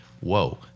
Whoa